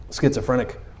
schizophrenic